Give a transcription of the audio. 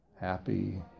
happy